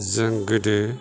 जों गोदो